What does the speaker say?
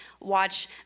watch